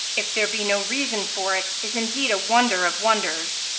if there be no reason for it, is indeed a wonder of wonders,